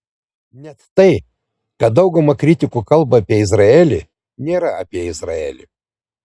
net tai ką dauguma kritikų kalba apie izraelį nėra apie izraelį